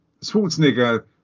schwarzenegger